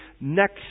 next